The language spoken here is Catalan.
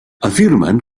afirmen